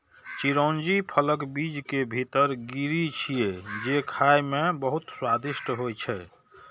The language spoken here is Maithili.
चिरौंजी फलक बीज के भीतर गिरी छियै, जे खाइ मे बहुत स्वादिष्ट होइ छै